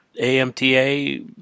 AMTA